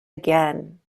again